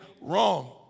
wrong